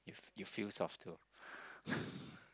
you you feel soft too